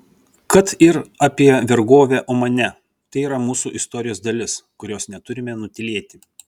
kad ir apie vergovę omane tai yra mūsų istorijos dalis kurios neturime nutylėti